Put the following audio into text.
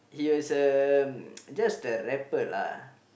he was um just a rapper lah